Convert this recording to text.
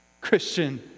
Christian